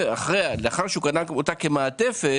לאחר שהוא קנה אותה כמעטפת,